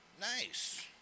nice